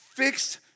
Fixed